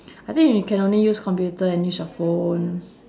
I think you can only use computer and use your phone